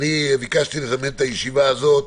ביקשתי לזמן את הישיבה הזאת.